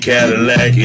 Cadillac